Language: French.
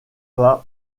pas